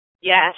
Yes